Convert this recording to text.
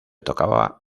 tocaba